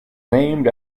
named